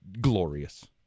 glorious